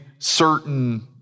certain